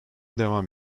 devam